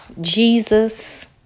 Jesus